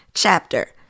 chapter